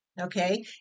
okay